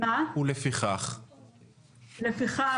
לפיכך,